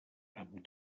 amb